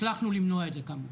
הצלחנו למנוע את זה כמובן.